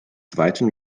zweiten